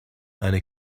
eine